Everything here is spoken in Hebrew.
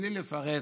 בלי לפרט